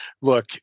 look